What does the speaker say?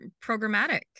programmatic